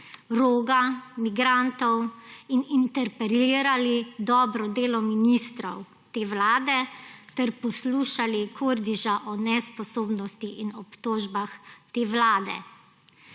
Roga, migrantov in interpelirali dobro delo ministrov te vlade ter poslušali Kordiša o nesposobnosti in obtožbah te vlade.